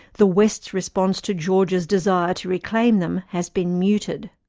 the west's response to georgia's desire to reclaim them has been muted.